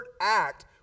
act